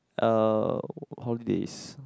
uh holidays